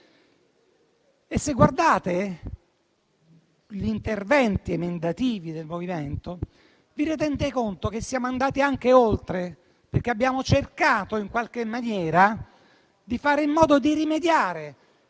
Se guardate gli interventi emendativi del Movimento, vi rendete conto che siamo andati anche oltre, perché abbiamo cercato, in qualche maniera, di fare in modo di rimediare